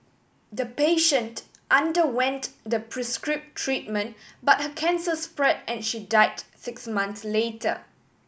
the patient underwent the prescribe treatment but her cancer spread and she died six months later